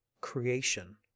creation